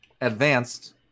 advanced